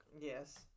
Yes